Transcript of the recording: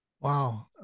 Wow